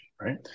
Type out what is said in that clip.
right